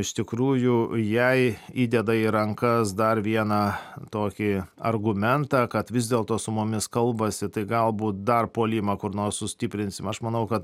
iš tikrųjų jai įdeda į rankas dar vieną tokį argumentą kad vis dėlto su mumis kalbasi tai galbūt dar puolimą kur nors sustiprinsim aš manau kad